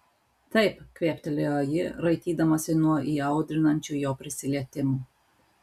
taip kvėptelėjo ji raitydamasi nuo įaudrinančių jo prisilietimų